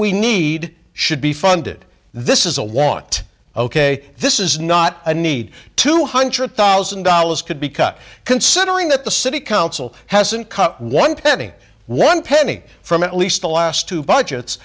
we need should be funded this is a want ok this is not a need two hundred thousand dollars could be cut considering that the city council hasn't cut one pending one penny from at least the last two budgets